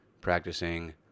practicing